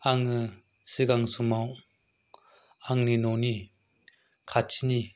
आङो सिगां समाव आंनि न'नि खाथिनि